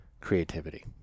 creativity